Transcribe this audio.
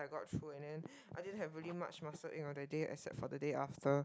I got through and then I didn't have really much muscle ache on that day except for the day after